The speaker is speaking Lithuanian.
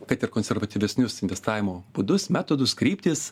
kad ir konservatyvesnius investavimo būdus metodus kryptis